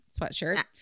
sweatshirt